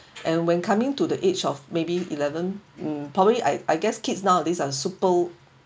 and when coming to the age of maybe eleven mm probably I I guess kids nowadays are super